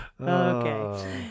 okay